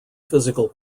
physical